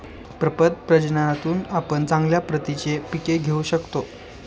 प्रपद प्रजननातून आपण चांगल्या प्रतीची पिके घेऊ शकतो